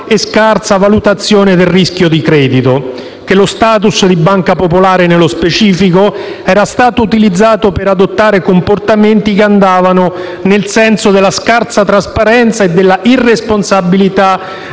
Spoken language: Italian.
e scarsa valutazione del rischio di credito; che lo *status* di banca popolare, nello specifico, era stato utilizzato per adottare comportamenti che andavano nel senso della scarsa trasparenza e della irresponsabilità